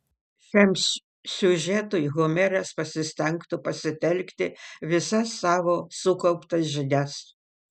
šiam siužetui homeras pasistengtų pasitelkti visas savo sukauptas žinias